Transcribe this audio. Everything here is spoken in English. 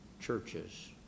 churches